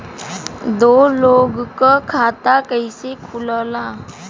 दो लोगक खाता कइसे खुल्ला?